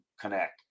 connect